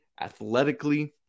athletically